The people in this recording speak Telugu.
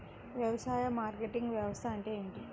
వ్యవసాయ మార్కెటింగ్ వ్యవస్థ అంటే ఏమిటి?